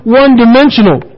one-dimensional